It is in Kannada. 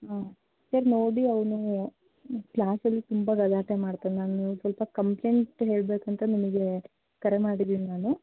ಹಾಂ ಸರ್ ನೋಡಿ ಅವನು ಕ್ಲಾಸಲ್ಲಿ ತುಂಬ ಗಲಾಟೆ ಮಾಡ್ತಾನೆ ನಾನು ಸ್ವಲ್ಪ ಕಂಪ್ಲೆಂಟ್ ಹೇಳಬೇಕು ಅಂತ ನಿಮಗೆ ಕರೆ ಮಾಡಿದ್ದೀನಿ ನಾನು